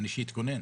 בבקשה.